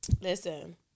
Listen